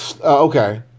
okay